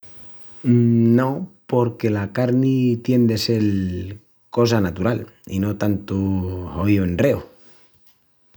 No, porque la carni tien de sel cosa natural i no tantu hoíu enreu.